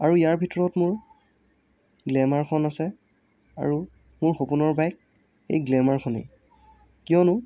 আৰু ইয়াৰ ভিতৰত মোৰ গ্লেমাৰখন আছে আৰু মোৰ সপোনৰ বাইক এই গ্লেমাৰখনেই কিয়নো